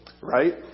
Right